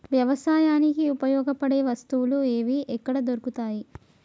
వ్యవసాయానికి ఉపయోగపడే వస్తువులు ఏవి ఎక్కడ దొరుకుతాయి?